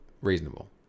reasonable